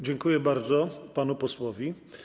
Dziękuję bardzo panu posłowi.